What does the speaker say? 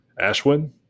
Ashwin